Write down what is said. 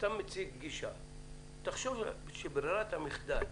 תחשוב שברירת המחדל,